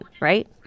right